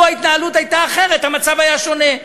לו ההתנהלות הייתה אחרת, המצב היה שונה.